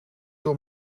door